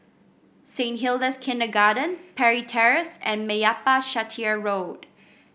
Saint Hilda's Kindergarten Parry Terrace and Meyappa Chettiar Road